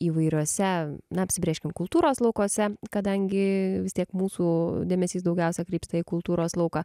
įvairiuose na apsibrėžkim kultūros laukuose kadangi vis tiek mūsų dėmesys daugiausiai krypsta į kultūros lauką